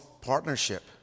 partnership